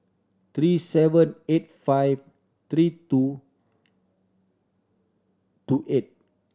three seven eight five three two two eight